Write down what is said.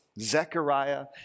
Zechariah